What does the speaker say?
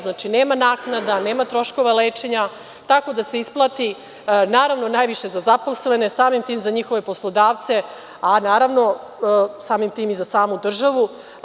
Znači, nema naknada, nema troškova lečenja, tako da se isplati najviše za zaposlene, samim tim za njihove poslodavce, a naravno samim tim i za samu državu.